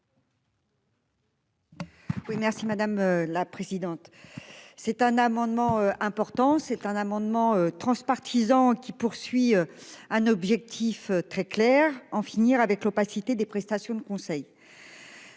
merci madame la présidente. C'est un amendement important c'est un amendement transpartisan qui poursuit un objectif très clair, en finir avec l'opacité des prestations de conseil.